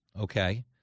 okay